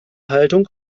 haltung